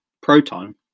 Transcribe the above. proton